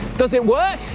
does it work?